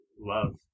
love